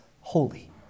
holy